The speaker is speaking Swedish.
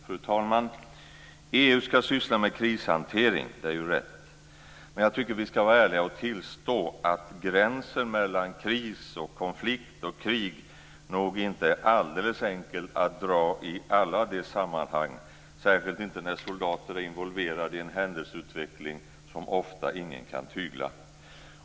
Fru talman! EU ska syssla med krishantering. Det är rätt. Men jag tycker att vi ska vara ärliga och tillstå att gränserna mellan kris, konflikt och krig nog inte är alldeles enkla att dra i alla sammanhang, särskilt inte när soldater är involverade i en händelseutveckling som ofta ingen kan tygla.